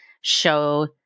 show –